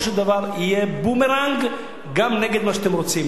של דבר יהיה בומרנג גם נגד מה שאתם רוצים.